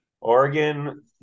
Oregon